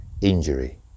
injury